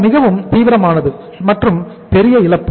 அது மிகவும் தீவிரமானது மற்றும் பெரிய இழப்பு